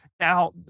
Now